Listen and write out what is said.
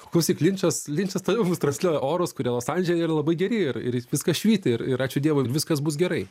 klausyk linčas linčas toliau mums transliuoja orus kurie los andžele yra labai geri ir ir viskas švyti ir ir ačiū dievui ir viskas bus gerai